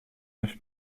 neuf